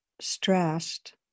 stressed